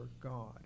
God